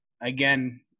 again